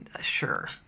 sure